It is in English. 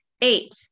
Eight